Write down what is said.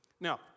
Now